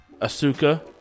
Asuka